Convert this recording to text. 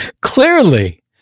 Clearly